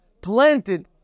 planted